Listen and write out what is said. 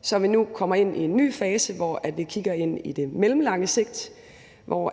så vi nu kommer ind i en ny fase, hvor vi kigger ind i det mellemlange sigt, og hvor